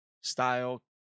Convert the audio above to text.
style